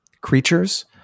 creatures—